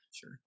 sure